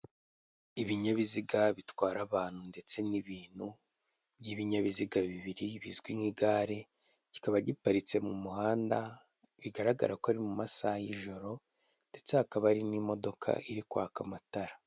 Ibinyabiziga bitwara abantu ndetse n'ibintu by'ibinyabiziga bibiri bizwi nk'igare, kikaba giparitse mu muhanda, bigaragara ko ari mu masaha y'ijoro ndetse hakaba hari n'imodoka iri kwaka amatara.